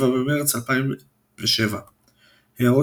7 במרץ 2007 == הערות הערות שוליים ==== הערות שוליים ==